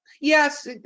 yes